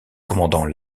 commandant